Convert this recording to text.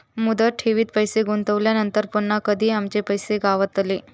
मुदत ठेवीत पैसे गुंतवल्यानंतर पुन्हा कधी आमचे पैसे गावतले?